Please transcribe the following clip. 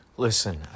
Listen